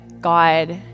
God